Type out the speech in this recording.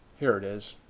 here it is.